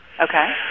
Okay